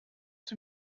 sie